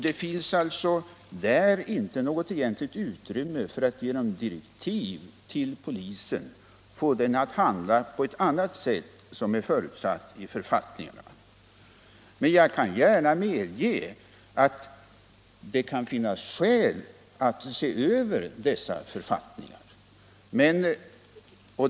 Det finns alltså inte något egentligt utrymme för att genom direktiv till polisen få den att handla på något annat sätt än vad som är förutsett i författningarna. Men jag kan gärna medge att det kan finnas skäl att se över dessa författningar.